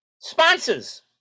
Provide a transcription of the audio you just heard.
sponsors